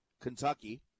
Kentucky